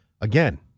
Again